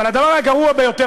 אבל הדבר הגרוע ביותר,